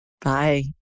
Bye